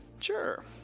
sure